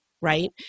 right